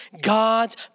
God's